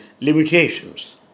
limitations